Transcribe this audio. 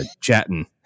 chatting